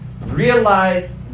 realize